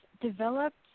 developed